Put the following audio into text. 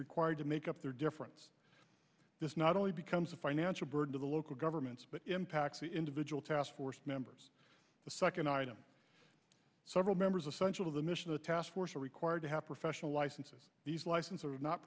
required to make up their difference this not only becomes a financial burden to the local governments but impacts the individual task force members the second item several members essential to the mission the task force are required to have professional licenses these license